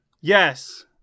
yes